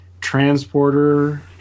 Transporter